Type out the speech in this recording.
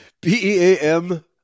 B-E-A-M